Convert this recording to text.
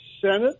Senate